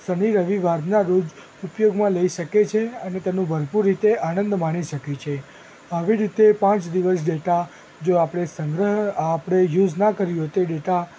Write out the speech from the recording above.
શનિ રવિ વારના રોજ ઉપયોગમાં લઈ શકે છે અને તેનો ભરપૂર રીતે આનંદ માણી શકે છે આવી રીતે પાંચ દિવસ ડેટા જો આપણે સંગ્રહ આપણે યુઝ ના કર્યો હોય તો એ ડેટા